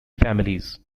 families